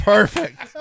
Perfect